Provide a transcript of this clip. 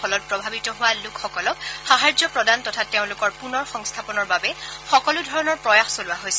ফলত প্ৰভাৱিত হোৱা লোকসকলক সাহায্য প্ৰদান তথা তেওঁলোকৰ পুনৰ সংস্থাপনৰ বাবে সকলো ধৰণৰ প্ৰয়াস চলোৱা হৈছে